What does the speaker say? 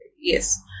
Yes